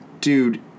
dude